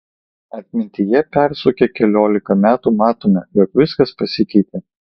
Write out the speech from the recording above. atmintyje persukę keliolika metų matome jog viskas pasikeitė